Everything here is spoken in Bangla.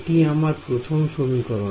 এটি আমার প্রথম সমীকরণ